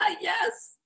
Yes